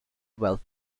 while